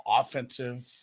offensive